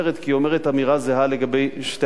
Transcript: כי היא אומרת אמירה זהה לגבי שתי ההצעות.